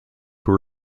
were